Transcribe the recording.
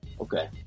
Okay